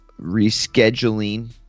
rescheduling